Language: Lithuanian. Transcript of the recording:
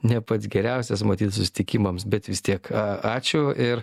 ne pats geriausias matyt susitikimams bet vis tiek ačiū ir